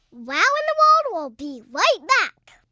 wow in the world will be right back.